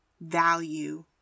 value